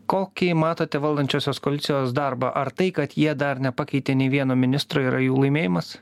kokį matote valdančiosios koalicijos darbą ar tai kad jie dar nepakeitė nei vieno ministro yra jau laimėjimas